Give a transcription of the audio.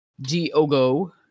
Diogo